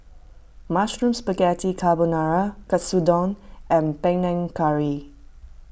Mushroom Spaghetti Carbonara Katsudon and Panang Curry